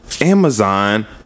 Amazon